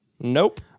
Nope